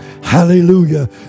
hallelujah